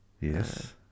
Yes